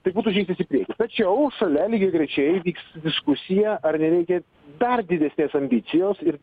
tai būtų žingsnis į priekį tačiau šalia lygiagrečiai vyks diskusija ar nereikia dar didesnės ambicijos ir